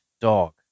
dog